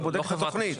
הוא בודק את התוכנית.